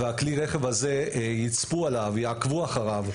ועל כלי הרכב הזה יצפו ויעקבו אחריו,